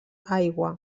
aigua